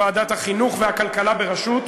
ועדה משותפת לוועדת החינוך וועדת הכלכלה בראשות,